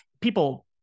people